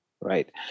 right